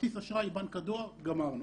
כרטיס אשראי בנק הדואר, גמרנו.